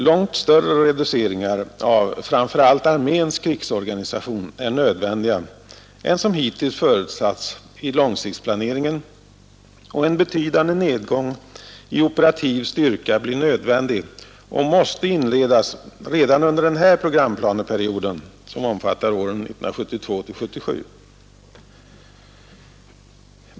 Långt större reduceringar av framför allt arméns krigsorganisation är nödvändiga än som hittills förutsatts i långsiktsplaneringen, och en betydande nedgång i operativ styrka blir nödvändig och måste inledas redan under den här programplaneperioden, som omfattar åren 1972-1977.